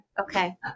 okay